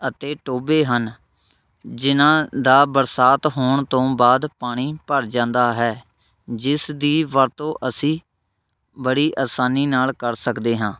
ਅਤੇ ਟੋਭੇ ਹਨ ਜਿਹਨਾਂ ਦਾ ਬਰਸਾਤ ਹੋਣ ਤੋਂ ਬਾਅਦ ਪਾਣੀ ਭਰ ਜਾਂਦਾ ਹੈ ਜਿਸ ਦੀ ਵਰਤੋਂ ਅਸੀਂ ਬੜੀ ਆਸਾਨੀ ਨਾਲ਼ ਕਰ ਸਕਦੇ ਹਾਂ